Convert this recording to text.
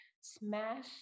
smash